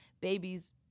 babies